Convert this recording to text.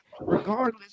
Regardless